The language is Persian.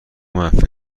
منفی